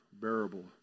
bearable